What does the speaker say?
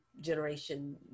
Generation